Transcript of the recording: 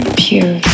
pure